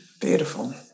Beautiful